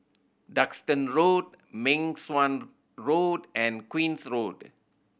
Duxton Road Meng Suan Road and Queen's Road